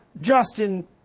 Justin